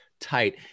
tight